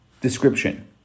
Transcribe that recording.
description